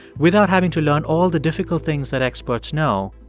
without having to learn all the difficult things that experts know,